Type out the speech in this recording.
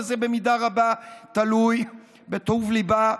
כי זה במידה רבה תלוי בטוב ליבה,